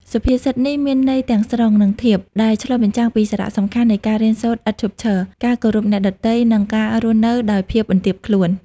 សុភាសិតនេះមានន័យទាំងត្រង់ និងធៀប ដែលឆ្លុះបញ្ចាំងពីសារៈសំខាន់នៃការរៀនសូត្រឥតឈប់ឈរ ការគោរពអ្នកដទៃ និងការរស់នៅដោយភាពបន្ទាបខ្លួន។